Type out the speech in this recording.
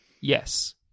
yes